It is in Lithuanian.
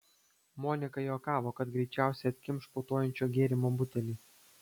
monika juokavo kad greičiausiai atkimš putojančio gėrimo butelį